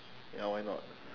ya why not